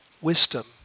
wisdom